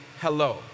hello